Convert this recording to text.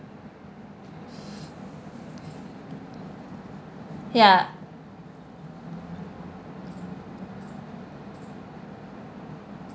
ya